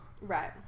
Right